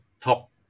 top